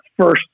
first